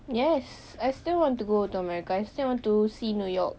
yes I still want to go to america I still want to see new york